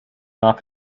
off